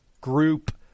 Group